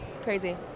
crazy